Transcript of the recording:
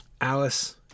Alice